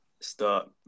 start